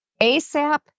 ASAP